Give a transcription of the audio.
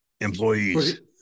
employees